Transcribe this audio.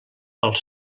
els